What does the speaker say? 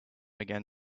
again